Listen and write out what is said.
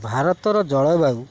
ଭାରତର ଜଳବାୟୁ